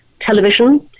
television